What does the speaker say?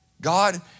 God